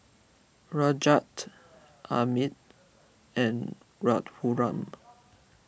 Rajat Amit and Raghuram